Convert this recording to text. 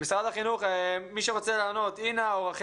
אני רוצה להגיד לגבי הדברים